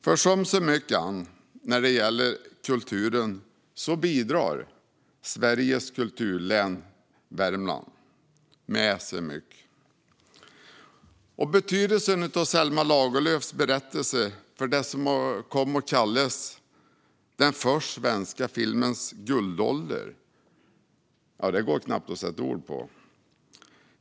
Som med så mycket annat när det gäller kulturen bidrar Sveriges kulturlän Värmland med mycket. Betydelsen av Selma Lagerlöfs berättelser för det som kommit att kallas den svenska filmens första guldålder går knappt att sätta ord på.